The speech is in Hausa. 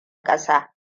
kasa